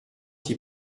t’y